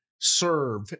serve